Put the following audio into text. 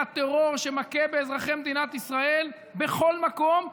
הטרור שמכה באזרחי מדינת ישראל בכל מקום,